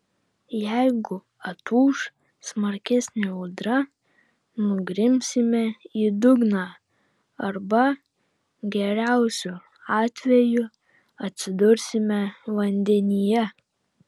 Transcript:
jeigu atūš smarkesnė audra nugrimsime į dugną arba geriausiu atveju atsidursime vandenyje